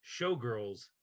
Showgirls